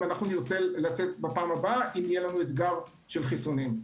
נרצה לצאת בפעם הבאה אם יהיה לנו אתגר של חיסונים.